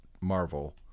Marvel